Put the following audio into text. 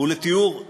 גם חסרות רחם.